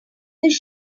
this